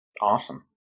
Awesome